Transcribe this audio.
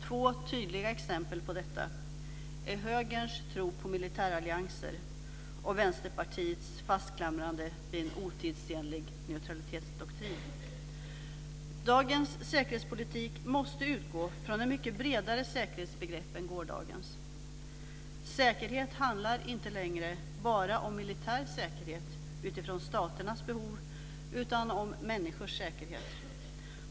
Två tydliga exempel på detta är Högerns tro på militärallianser och Vänsterpartiets fastklamrande vid en otidsenlig neutralitetsdoktrin. Dagens säkerhetspolitik måste utgå från ett mycket bredare säkerhetsbegrepp än gårdagens. Säkerhet handlar inte längre bara om militär säkerhet utifrån staternas behov utan om människors säkerhet.